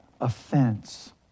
offense